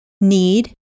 need